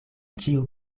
ĉiu